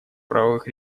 правовых